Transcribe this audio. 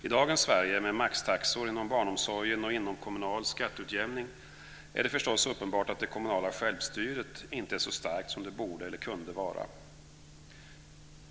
I dagens Sverige med maxtaxor inom barnomsorgen och inomkommunal skatteutjämning är det förstås uppenbart att det kommunala självstyret inte är så starkt som det borde eller kunde vara.